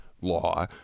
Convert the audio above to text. law